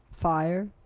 Fire